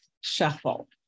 shuffle